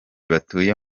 batuye